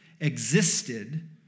existed